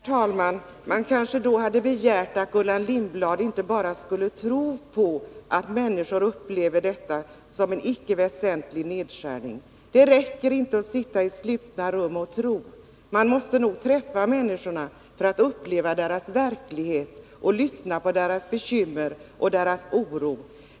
Herr talman! Man kanske ändå kunde begära att Gullan Lindblad inte bara skulle tro att människor uppfattar detta som en icke väsentlig nedskärning. Det räcker inte att sitta i slutna rum och tro. Man måste nog träffa människorna för att uppleva deras verklighet och lyssna på deras bekymmer och deras oro.